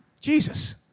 Jesus